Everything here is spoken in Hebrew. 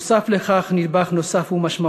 נוסף על כך נדבך משמעותי,